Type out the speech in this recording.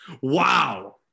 wow